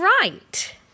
right